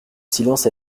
silence